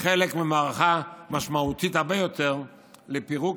וחלק ממערכה משמעותית הרבה יותר לפירוק